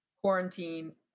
quarantine